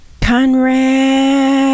Conrad